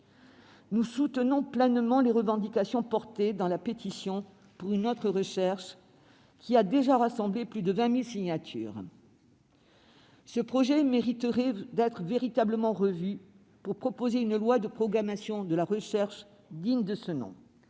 Nous soutenons pleinement les revendications portées dans la pétition en faveur d'une autre loi pour la recherche, qui a déjà rassemblé plus de 20 000 signatures. Ce texte mérite d'être véritablement revu, pour proposer une loi de programmation de la recherche digne de ce nom,